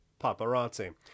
paparazzi